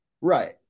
Right